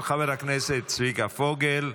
של חבר הכנסת צביקה פוגל.